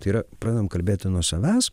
tai yra pradedam kalbėti nuo savęs